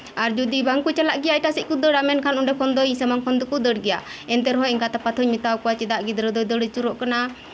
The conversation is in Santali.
ᱟᱨ ᱡᱩᱫᱤ ᱵᱟᱝᱠᱚ ᱪᱟᱞᱟᱜ ᱜᱮᱭᱟ ᱮᱴᱟᱜ ᱥᱮᱫ ᱠᱚ ᱫᱟᱹᱲᱟ ᱢᱮᱱᱠᱷᱟᱱ ᱚᱸᱰᱮ ᱠᱷᱚᱱ ᱤᱧ ᱥᱟᱢᱟᱝ ᱠᱷᱚᱱ ᱫᱚᱠᱚ ᱫᱟᱹᱲᱟ ᱜᱮᱭᱟ ᱮᱱᱛᱮ ᱨᱮᱦᱚᱸ ᱮᱸᱜᱟᱛ ᱟᱯᱟᱛ ᱦᱩᱧ ᱢᱮᱛᱟᱣᱟᱠᱚᱣᱟ ᱪᱮᱫᱟᱜ ᱜᱤᱫᱽᱨᱟᱹ ᱫᱚᱭ ᱫᱟᱹᱲ ᱟᱪᱩᱨᱚᱜᱜ ᱠᱟᱱᱟ